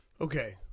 Okay